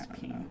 pink